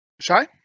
Shy